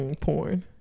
Porn